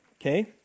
okay